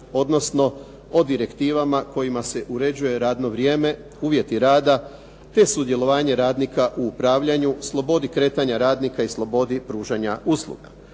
odnosno o direktivama kojima se uređuje radno vrijeme, uvjeti rada, te sudjelovanje radnika u upravljanju, slobodi kretanja radnika i slobodi pružanja usluga.